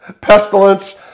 pestilence